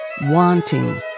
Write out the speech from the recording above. wanting